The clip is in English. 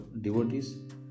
devotees